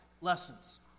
lessons